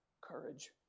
courage